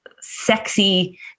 sexy